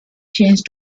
changed